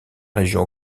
région